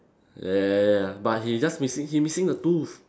ya ya ya but he's just missing he missing the tooth